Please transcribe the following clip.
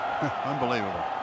unbelievable